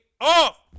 off